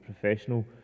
professional